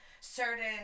certain